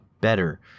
better